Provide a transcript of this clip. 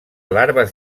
larves